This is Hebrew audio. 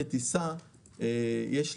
בטיסה יש,